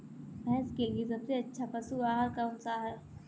भैंस के लिए सबसे अच्छा पशु आहार कौनसा है?